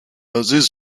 aziz